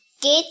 get